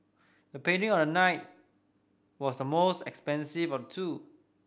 the painting on the night was the most expensive of two